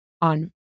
on